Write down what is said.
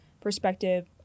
perspective